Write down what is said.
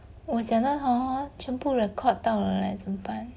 我讲的 hor 全部 record down 了叻怎么办